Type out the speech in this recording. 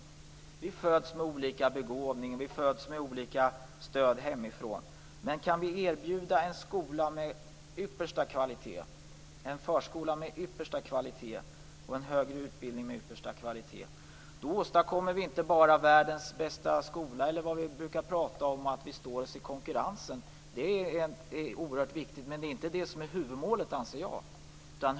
Barn föds med olika begåvning och får olika stöd hemifrån, men om vi kan erbjuda en förskola, en skola och högre utbildning med yppersta kvalitet, åstadkommer vi inte bara världens bästa skola eller vad vi brukar säga när vi skall stå oss i konkurrensen. Det är oerhört viktigt, men jag anser inte att det är huvudmålet.